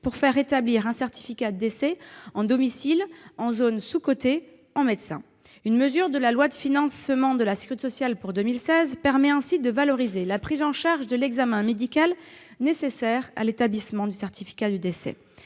pour faire établir un certificat de décès à domicile en zones sous-dotées en médecins. Une mesure de la loi de financement de la sécurité sociale pour 2016 permet ainsi de valoriser la prise en charge de l'examen médical nécessaire à l'établissement du certificat de décès.